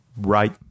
right